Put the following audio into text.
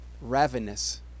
ravenous